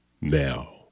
Now